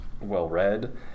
well-read